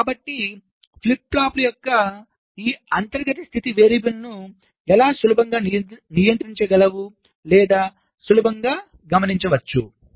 కాబట్టి ఫ్లిప్ ఫ్లాప్ల యొక్క ఈ అంతర్గత స్థితి వేరియబుల్స్ను ఎలా సులభంగా నియంత్రించగలవు లేదా సులభంగా గమనించవచ్చు